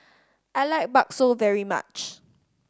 I like bakso very much